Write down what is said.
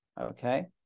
Okay